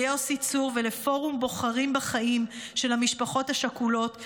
ליוסי צור ולפורום בוחרים בחיים של המשפחות השכולות,